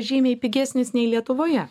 žymiai pigesnis nei lietuvoje